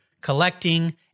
collecting